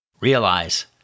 Realize